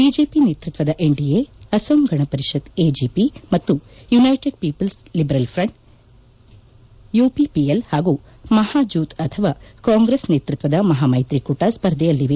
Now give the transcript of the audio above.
BJP ನೇತೃತ್ವದ NDA Asom Gana Parishad AGP ಮತ್ತು United People's Liberal Front UPPL ಹಾಗೂ ಮಹಾಜೂತ್ ಅಥವಾ ಕಾಂಗ್ರೆಸ್ ನೇತೃತ್ವದ ಮಹಾ ಮೈತ್ರಿಕೂಟ ಸ್ಪರ್ಧೆಯಲ್ಲಿವೆ